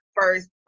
first